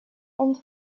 and